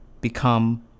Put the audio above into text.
become